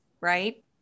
right